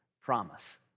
promise